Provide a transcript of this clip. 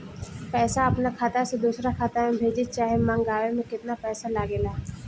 पैसा अपना खाता से दोसरा खाता मे भेजे चाहे मंगवावे में केतना पैसा लागेला?